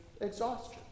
exhaustion